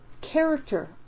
character